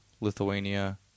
Lithuania